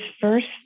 first